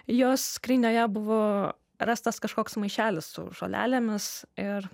jos skrynioje buvo rastas kažkoks maišelis su žolelėmis ir